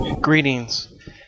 Greetings